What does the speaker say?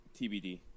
TBD